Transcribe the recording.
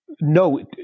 No